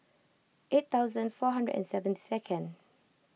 eight thousand four hundred and seventy second